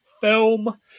Film